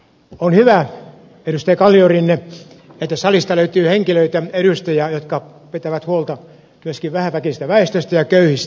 on hyvä edustaja kalliorinne että salista löytyy henkilöitä edustajia jotka pitävät huolta myöskin vähäväkisestä väestöstä ja köyhistä